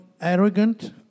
arrogant